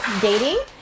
dating